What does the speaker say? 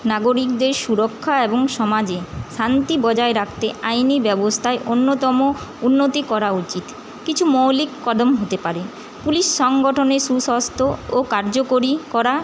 নাগরিকদের সুরক্ষা এবং সমাজে শান্তি বজায় রাখতে আইনি ব্যবস্থায় অন্যতম উন্নতি করা উচিৎ কিছু মৌলিক কদম হতে পারে পুলিশ সংগঠনের সুস্বাস্থ্য ও কার্যকরী করা